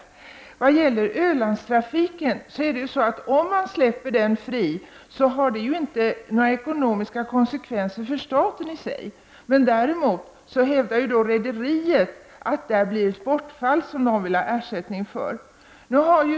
Om man släpper Ölandstrafiken fri, så får det i sig inga ekonomiska konsekvenser för staten. Däremot hävdar rederiet att det kommer att uppstå ett bortfall som det vill ha ersättning för.